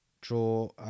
Draw